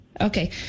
Okay